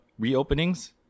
reopenings